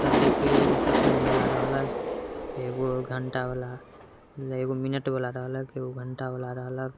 तब देखली एगो सेकण्डवला रहलक एगो घण्टावला एगो मिनटवला रहलक एगो घण्टावला रहलक